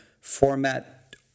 format